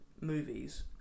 movies